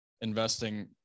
investing